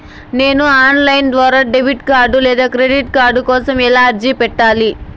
నేను online ద్వారా debit card లేదా క్రెడిట్ కార్డు కోసం ఎలా అర్జీ పెట్టాలి?